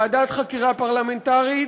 ועדת חקירה פרלמנטרית,